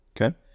okay